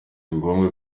ngombwa